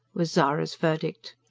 was zara's verdict.